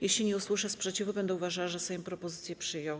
Jeśli nie usłyszę sprzeciwu, będę uważała, że Sejm propozycję przyjął.